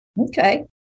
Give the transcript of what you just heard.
Okay